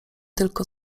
tylko